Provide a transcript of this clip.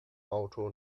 auto